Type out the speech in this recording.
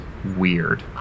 Weird